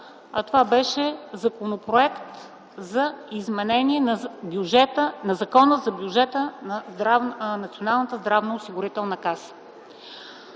а той беше по Законопроекта за изменение на Закона за бюджета на